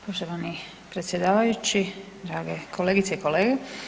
Poštovani predsjedavajući, drage kolegice i kolege.